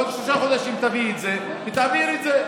בעוד שלושה חודשים תביא את זה ותעביר את זה,